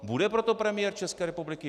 Bude pro to premiér České republiky?